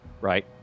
right